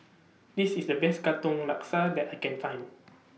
This IS The Best Katong Laksa that I Can Find